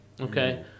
okay